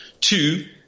Two